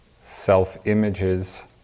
self-images